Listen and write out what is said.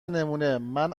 نمونهمن